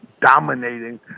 dominating